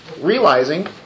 realizing